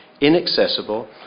inaccessible